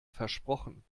versprochen